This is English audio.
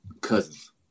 cousins